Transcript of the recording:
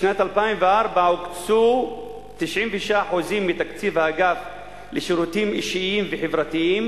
בשנת 2004 הוקצו 96% מתקציב האגף לשירותים אישיים וחברתיים